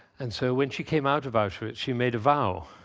and so when she came out of auschwitz, she made a vow.